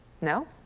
No